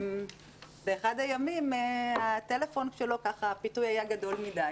באחד הימים הפיתוי היה גדול מדי.